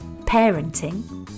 parenting